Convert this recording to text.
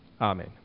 Amen